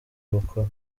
bukuru